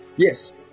Yes